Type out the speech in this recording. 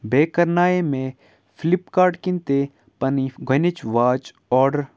بیٚیہِ کَرنایے مےٚ فِلِپکاٹ کِنۍ تہِ پَنٕنۍ گۄڈٕنِچ واچ آرڈر